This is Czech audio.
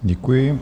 Děkuji.